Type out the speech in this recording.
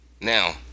Now